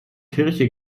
kirche